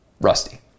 Rusty